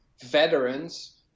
veterans